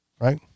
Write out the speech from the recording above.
right